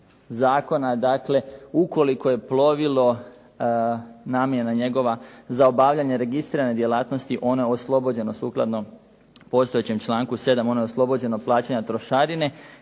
zakona, ukoliko je plovilo namjena njegova za obavljanje registrirane djelatnosti, ono je oslobođeno sukladno postojećem članku 7. ono je oslobođeno plaćanja trošarine.